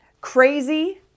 crazy